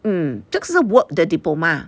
mm 这个是 work 的 diploma